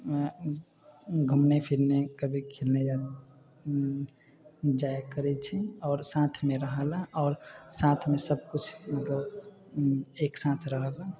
घूमनाय फिरनाय कभी खेलने जाइ करै छी आओर साथमे रहै ला आओर साथमे सब किछु मतलब एक साथ रहै ला